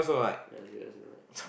ya Xavier also don't like